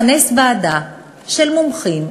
לכנס ועדה של מומחים,